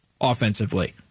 offensively